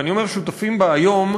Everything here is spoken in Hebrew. ואני אומר "שותפים בה היום",